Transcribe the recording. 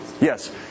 yes